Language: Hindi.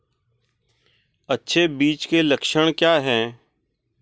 अच्छे बीज के लक्षण क्या हैं?